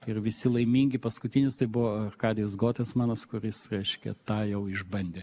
ir visi laimingi paskutinis tai buvo arkadijus gotesmanas kuris reiškia tą jau išbandė